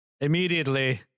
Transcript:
Immediately